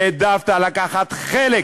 העדפת לקחת חלק